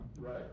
right